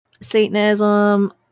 Satanism